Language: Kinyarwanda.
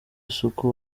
isuku